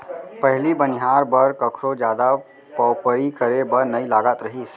पहिली बनिहार बर कखरो जादा पवपरी करे बर नइ लागत रहिस